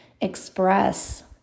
express